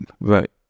Right